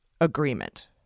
agreement